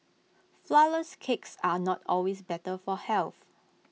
Flourless Cakes are not always better for health